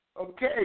Okay